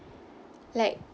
like